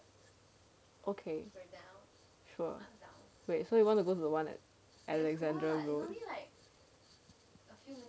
okay sure wait so you want to go to the one at alexandra road like